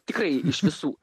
tikrai iš visų